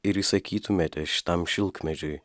ir įsakytumėte šitam šilkmedžiui